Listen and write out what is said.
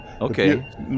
Okay